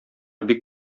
бик